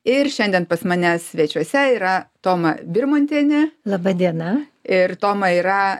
ir šiandien pas mane svečiuose yra toma birmontienė laba diena ir toma yra